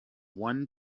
one